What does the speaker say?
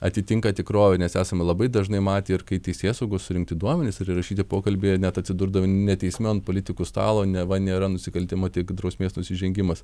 atitinka tikrovę nes esame labai dažnai matę ir kai teisėsaugos surinkti duomenys ir įrašyti pokalbiai net atsidurdavo ne teisme o ant politikų stalo neva nėra nusikaltimo tik drausmės nusižengimas